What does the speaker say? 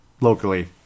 locally